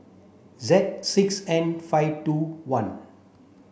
Z six N five two one